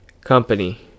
Company